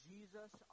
Jesus